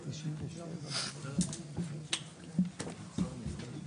העתירה הייתה אחרי שהצלחנו לשכנע את בית המשפט שמותר לנו להוציא מכרז,